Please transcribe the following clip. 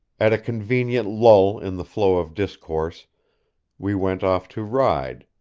at a convenient lull in the flow of discourse we went off to ride,